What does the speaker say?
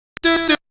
do